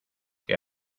que